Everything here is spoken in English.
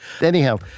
Anyhow